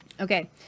okay